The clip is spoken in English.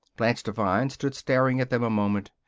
blanche devine stood staring at them a moment.